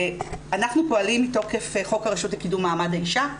אנחנו פועלים מתוקף חוק הרשות לקידום מעמד האישה,